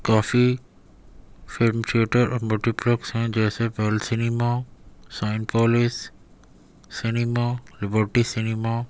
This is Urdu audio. کافی فلم تھیٹر اور ملٹیپلیکس ہیں جیسے Pal cinema Cinepolis cinema Liberty cinema